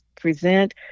present